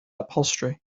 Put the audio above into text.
upholstery